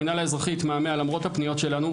המינהל האזרחי התמהמה למרות הפניות שלנו.